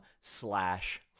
slash